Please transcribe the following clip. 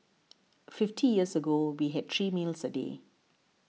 fifty years ago we had three meals a day